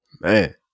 Man